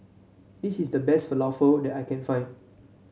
this is the best Falafel that I can find